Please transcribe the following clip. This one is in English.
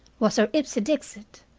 was her ipse dixit.